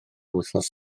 wythnos